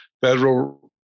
federal